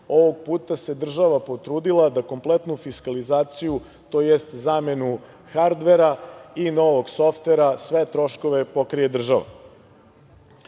Ovog puta se država potrudila da kompletnu fiskalizaciju, tj. zamenu hardvera i novog softvera, sve troškove pokrije država. Isto